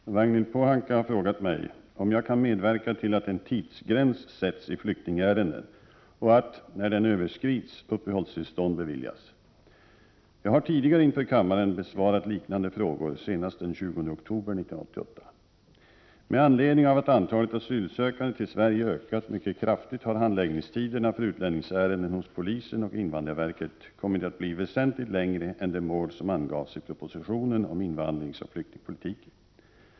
Herr talman! Ragnhild Pohanka har frågat mig om jag kan medverka till att en tidsgräns sätts i flyktingärenden och att — när den överskrids — uppehållstillstånd beviljas. Jag har tidigare inför kammaren besvarat liknande frågor, senast den 20 oktober 1988. Med anledning av att antalet asylsökande till Sverige ökat mycket kraftigt har handläggningstiderna för utlänningsärenden hos polisen och invandrarverket kommit att bli väsentligt längre än de mål som angavs i propositionen om invandringsoch flyktingpolitiken.